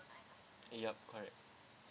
yup correct